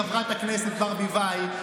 חברת הכנסת ברביבאי,